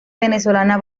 venezolana